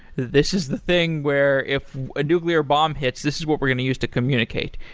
this is the thing where if a nuclear but um hits, this is what we're going to use to communicate.